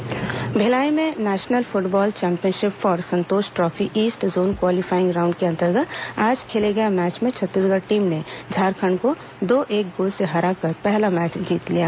football championship Bhilai में national football championship for Santosh trophy east zone qualifying round के अंतर्गत आज खेले गए मैच में छत्तीसगढ़ टीम ने झारखंड को दो एक गोल से हराकर पहला मैच जीत लिया